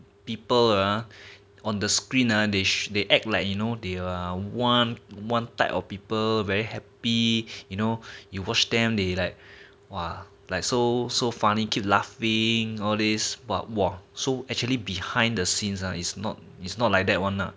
people ah on the screen ah they act like you know do uh one one type of people very happy you know you watch them they like !wah! like so so funny keep laughing all this what !wah! so actually behind the scenes ah it's not it's not like that one lah